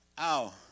Ow